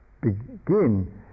begin